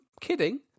kidding